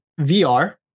vr